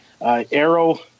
arrow